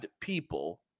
people